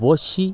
বঁড়শি